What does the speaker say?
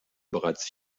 bereits